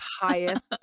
highest